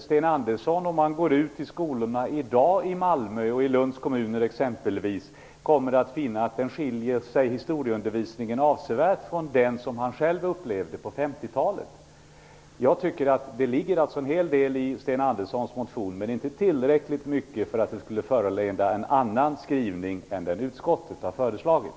Lund i dag tror jag att han kommer att finna att historieundervisningen skiljer sig avsevärt från den som han själv upplevde på 50-talet. Jag tycker att det ligger en hel del i Sten Anderssons motion, men inte tillräckligt för att det skall föranleda en annan skrivning än den utskottet har föreslagit.